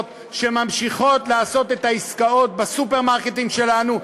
שממשיכות לעשות את העסקאות בסופרמרקטים שלנו,